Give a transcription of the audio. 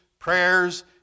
prayers